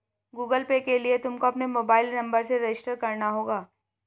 Google Pay के लिए तुमको अपने मोबाईल नंबर से रजिस्टर करना होगा